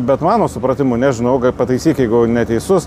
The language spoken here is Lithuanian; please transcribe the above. bet mano supratimu nežinau g pataisyk jeigu neteisus